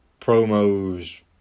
promos